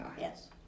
Yes